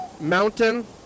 Mountain